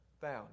found